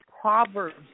Proverbs